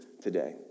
today